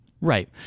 Right